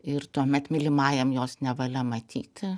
ir tuomet mylimajam jos nevalia matyti